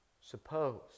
suppose